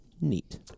neat